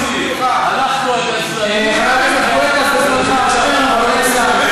אנחנו הגזלנים, תגן עלי.